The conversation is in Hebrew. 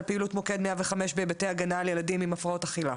פעילות מוקד 105 בהיבטי ההגנה עם ילדים עם הפרעות אכילה.